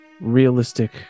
realistic